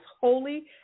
holy